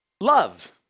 Love